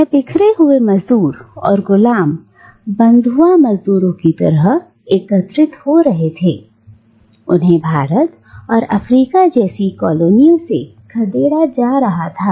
यह बिखरे हुए मजदूर और गुलाम बंधुआ मजदूरों की तरह एकत्रित हो रहे थे उन्हें भारत और अफ्रीका जैसी कॉलोनियों से खदेड़ा जा रहा था